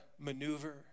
maneuver